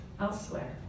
Elsewhere